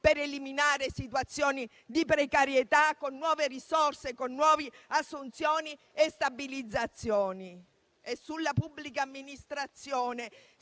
per eliminare situazioni di precarietà con nuove risorse, nuove assunzioni e stabilizzazioni. Sulla pubblica amministrazione,